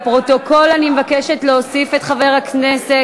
44 חברי כנסת בעד הצעת החוק, 28 חברי כנסת